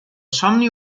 somni